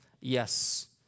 yes